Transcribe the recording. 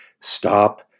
Stop